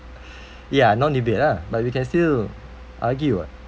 ya non debate lah but we can still argue [what]